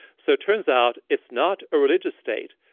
so it turns out it's not a religious state,